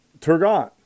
Turgot